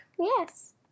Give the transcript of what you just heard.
Yes